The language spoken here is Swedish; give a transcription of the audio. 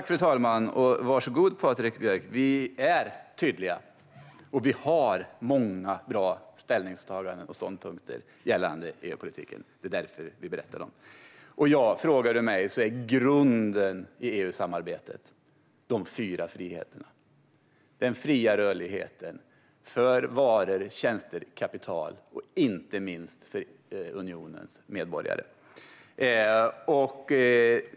Fru talman! Varsågod, Patrik Björck. Vi är tydliga, och vi har många bra ställningstaganden och ståndpunkter gällande EU-politiken. Om du frågar mig är grunden i EU-samarbetet de fyra friheterna: den fria rörligheten för varor, tjänster och kapital och inte minst för unionens medborgare.